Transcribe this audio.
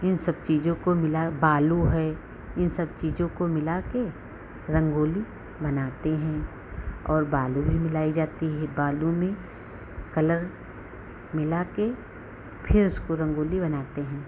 इन सब चीज़ों को मिला बालू है इन सब चीज़ों को मिलाकर रंगोली बनाते हैं और बालू भी मिलाई जाती है बालू में कलर मिलाकर फ़िर उसको रंगोली बनाते हैं